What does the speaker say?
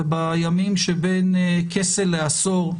ובימים שבין כסה לעשור,